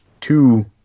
two